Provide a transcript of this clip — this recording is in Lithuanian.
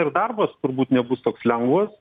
ir darbas turbūt nebus toks lengvas